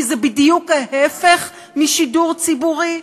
כי זה בדיוק ההפך משידור ציבורי,